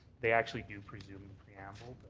they actually do presume the preamble.